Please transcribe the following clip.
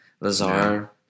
Lazar